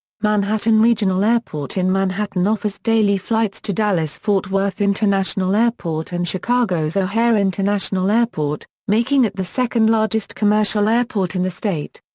manhattan regional airport in manhattan offers daily flights to dallas fort worth international airport and chicago's o'hare international airport, making it the second-largest commercial airport in the state.